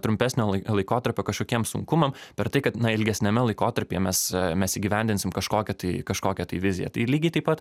trumpesnio lai laikotarpio kažkokiem sunkumam per tai kad ilgesniame laikotarpyje mes mes įgyvendinsim kažkokią tai kažkokią tai viziją tai lygiai taip pat